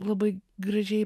labai gražiai